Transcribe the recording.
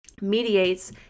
mediates